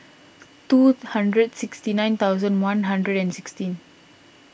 two hundred sixty nine thousand one hundred and sixteen